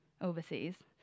overseas